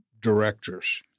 Directors